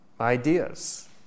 ideas